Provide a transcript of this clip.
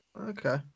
Okay